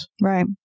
Right